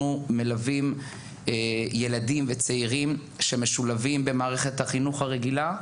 אנחנו מלווים ילדים וצעירים שמשולבים במערכת החינוך הרגילה,